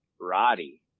Roddy